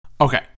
Okay